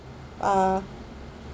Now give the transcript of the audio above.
uh